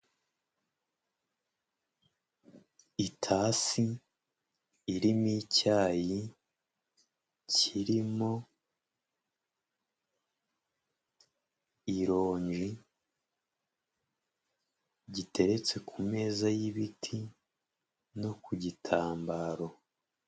Itasi irimo icyayi kirimo ironji, giteretse ku meza y'ibiti no ku gitambaro.